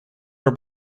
are